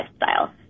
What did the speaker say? lifestyle